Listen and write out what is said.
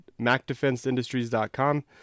macdefenseindustries.com